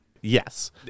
Yes